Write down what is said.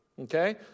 Okay